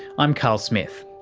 i'm carl smith.